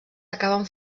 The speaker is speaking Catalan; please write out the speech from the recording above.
acaben